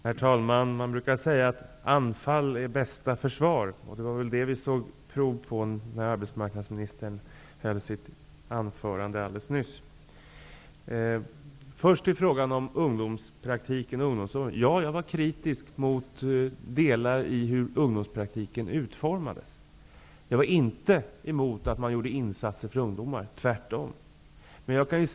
Herr talman! Man brukar säga att anfall är bästa försvar, och det var väl det vi såg prov på när arbetsmarknadsministern höll sitt anförande. Först till frågan om ungdomspraktik och ungdomsår. Jag var kritisk mot delar i hur ungdomspraktiken utformades. Jag var inte emot att man gör insatser för ungdomar -- tvärtom.